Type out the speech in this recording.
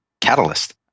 Catalyst